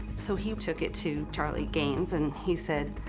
so he took it to charlie gaines, and he said,